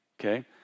okay